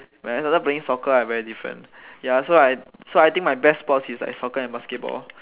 when I started playing soccer I very different ya so I so I think my best sport is like soccer and basketball